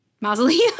mausoleum